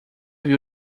viu